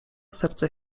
serce